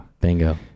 Bingo